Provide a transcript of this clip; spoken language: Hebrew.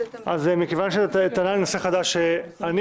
שהוגשו על ידי